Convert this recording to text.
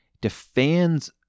Defends